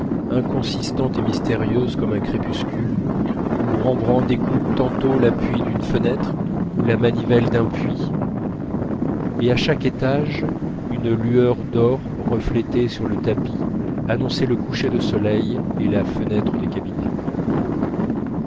inconsistante et mystérieuse comme un crépuscule où rembrandt découpe tantôt l'appui d'une fenêtre ou la manivelle d'un puits et à chaque étage une lueur d'or reflétée sur le tapis annonçait le coucher du soleil et la fenêtre des cabinets